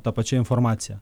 ta pačia informacija